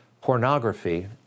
pornography